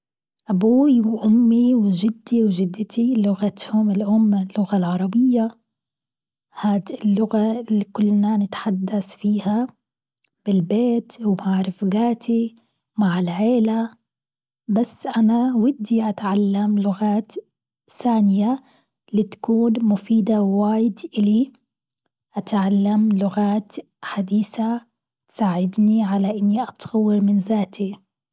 أبوي وأمي وجدي وجدتي لغتهم الأم اللغة العربية، هاد اللغة اللي كلنا نتحدث فيها بالبيت ومع رفقاتي ومع العيلة، بس أنا ودي أتعلم لغات ثانية مفيدة إللي تكون واجد إلي، أتعلم لغات حديثة تساعدني على إني أطور من ذاتي.